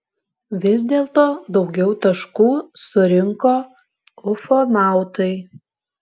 vis dėlto daugiau taškų surinko ufonautai